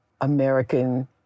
American